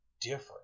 different